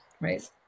right